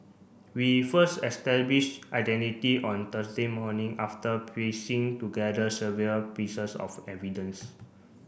we first established identity on Thursday morning after piecing together severe pieces of evidence